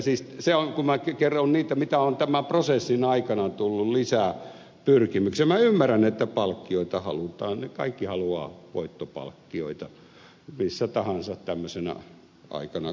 eli kun minä kerroin niitä mitä on tämän prosessin aikana tullut lisää pyrkimyksiä minä ymmärrän että palkkioita halutaan kaikki haluavat voittopalkkioita missä tahansa tämmöisenä aikana jota eletään